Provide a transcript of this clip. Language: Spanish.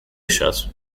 ellas